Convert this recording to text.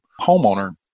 homeowner